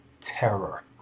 terror